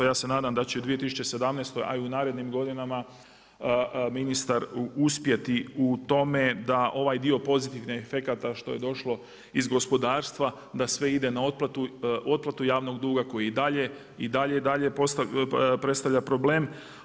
Ja se nadam da će i u 2017. a i u narednim godinama ministar uspjeti u tome da ovaj dio pozitivnih efekata što je došlo iz gospodarstva da sve ide na otplatu javnog duga koji i dalje, i dalje i dalje predstavlja problem.